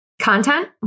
Content